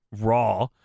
Raw